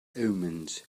omens